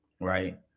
right